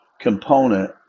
component